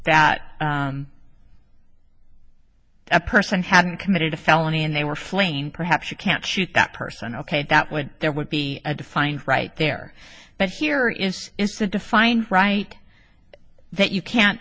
that a person hadn't committed a felony and they were playing perhaps you can't shoot that person ok that would there would be a defined right there but here if it's a defined right that you can't